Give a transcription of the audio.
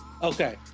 Okay